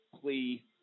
plea